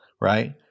right